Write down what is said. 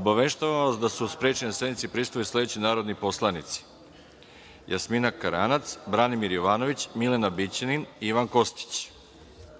Obaveštavam vas da su sprečeni da sednici prisustvuju sledeći narodni poslanici: Jasmina Karanac, Vladimir Jovanović, Milena Bićanin i Ivan